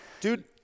Dude